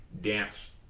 dance